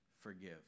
forgive